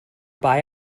buy